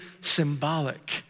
symbolic